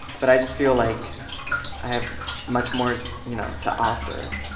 but i just feel like i have much more you know to offer,